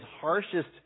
harshest